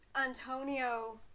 Antonio